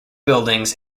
buildings